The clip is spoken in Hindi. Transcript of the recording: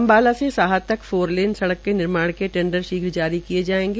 अम्बाला से साहा तक फोर लेन सड़क के निर्माण के टेंडर शीघ्र जारी किये जायेंगे